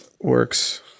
works